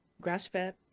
grass-fed